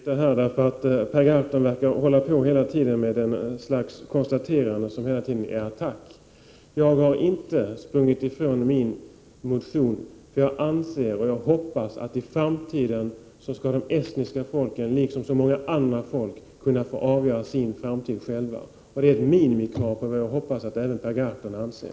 Fru talman! Det börjar bli litet besynnerligt. Per Gahrton verkar hela tiden ägna sig åt ett slags konstaterande som innebär attack. Jag har inte sprungit ifrån min motion. Jag hoppas att de baltiska folken i framtiden, liksom många andra folk, skall få avgöra sin framtid själva. Detta är ett minimikrav, vilket jag hoppas att även Per Gahrton anser.